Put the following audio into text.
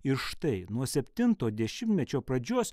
ir štai nuo septinto dešimtmečio pradžios